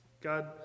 God